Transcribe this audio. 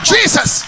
Jesus